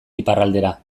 iparraldera